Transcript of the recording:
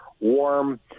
warm